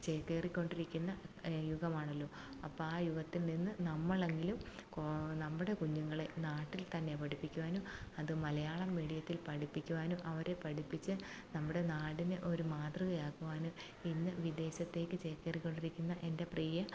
ചേക്കേറിക്കൊണ്ടിരിക്കുന്ന യുഗമാണല്ലോ അപ്പോള് ആ യുഗത്തിൽ നിന്ന് നമ്മളെങ്കിലും നമ്മുടെ കുഞ്ഞുങ്ങളെ നാട്ടിൽ തന്നെ പഠിപ്പിക്കുവാനും അത് മലയാളം മീഡിയത്തിൽ പഠിപ്പിക്കുവാനും അവരെ പഠിപ്പിച്ച് നമ്മുടെ നാടിന് ഒരു മാതൃകയാക്കുവാനും ഇന്ന് വിദേശത്തേക്ക് ചേക്കേറിക്കൊണ്ടിരിക്കുന്ന എൻ്റെ പ്രിയ